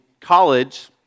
college